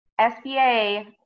SBA